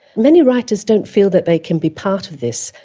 many writers don't feel that they can be part of this.